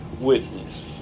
witness